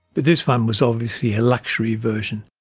but this one was obviously a luxury version.